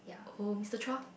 oh Mister Chua